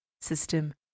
system